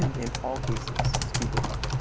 in all cases, speed goes up.